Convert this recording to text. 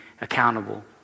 accountable